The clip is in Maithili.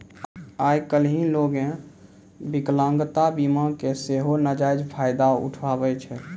आइ काल्हि लोगें विकलांगता बीमा के सेहो नजायज फायदा उठाबै छै